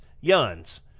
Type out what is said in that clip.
Yuns